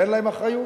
ואין להם אחריות.